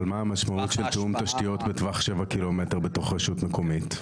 אבל מה המשמעות של תיאום תשתיות בטווח 7 ק"מ בתוך רשות מקומית?